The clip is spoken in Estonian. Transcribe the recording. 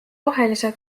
rohelise